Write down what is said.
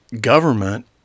Government